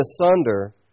asunder